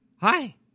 Hi